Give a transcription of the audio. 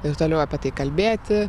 ir toliau apie tai kalbėti